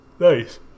Nice